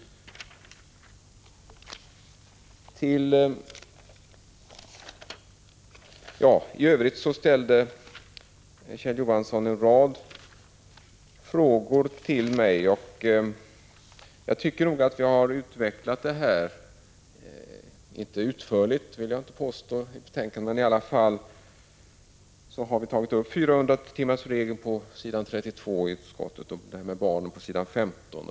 I övrigt ställde Kjell Johansson en rad frågor till mig. Jag tycker att vi har utvecklat frågorna i betänkandet — inte utförligt, det vill jag inte påstå, men vi har i alla fall tagit upp 400-timmarsregeln på s. 32 i betänkandet och frågan om lön till barn på s. 15.